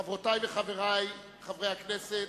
חברותי וחברי חברי הכנסת,